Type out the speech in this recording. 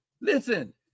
listen